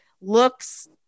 looks